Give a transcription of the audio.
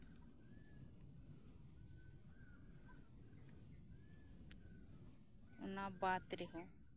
ᱚᱱᱟ ᱵᱟᱫᱽ ᱨᱮᱦᱚᱸ